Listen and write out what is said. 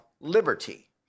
liberty